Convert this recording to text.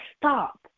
stop